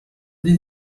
did